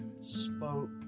spoke